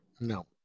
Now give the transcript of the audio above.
No